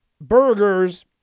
burgers